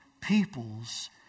peoples